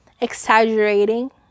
exaggerating